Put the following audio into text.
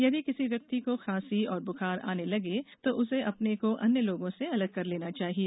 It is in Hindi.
यदि किसी व्यक्ति को खांसी और बुखार आने लगे तो उसे अपने को अन्य लोगों से अलग कर लेना चाहिए